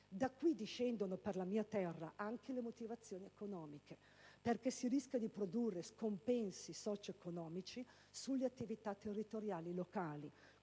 Da qui discendono per la mia terra anche le motivazioni economiche, perché si rischia di produrre scompensi socio-economici sulle attività territoriali locali,